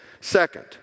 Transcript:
Second